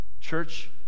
Church